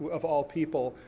of all people,